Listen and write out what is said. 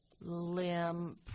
limb